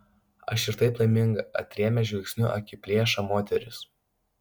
aš ir taip laiminga atrėmė žvilgsniu akiplėšą moteris